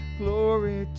glory